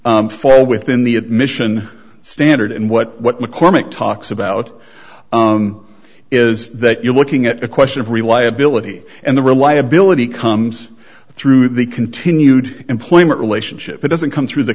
statement fall within the admission standard and what what mccormick talks about is that you're looking at a question of reliability and the reliability comes through the continued employment relationship but doesn't come through the